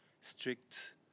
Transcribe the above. strict